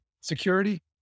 security